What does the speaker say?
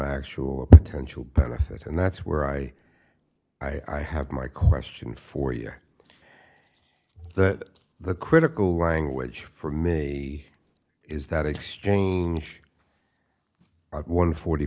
actual or potential benefit and that's where i i have my question for you that the critical language for me is that exchange at one forty